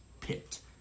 pit